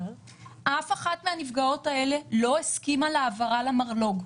אף אחת מהנפגעות האלה לא הסכימה להעברה למרלוג,